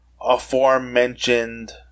aforementioned